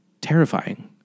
terrifying